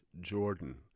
Jordan